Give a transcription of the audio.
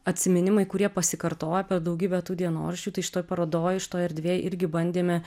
atsiminimai kurie pasikartoja per daugybę tų dienoraščių tai šitoj parodoj šitoj erdvėj irgi bandėme